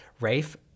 Rafe